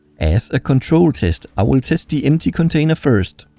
as a control test i will test the empty container first.